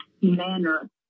manner